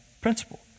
principle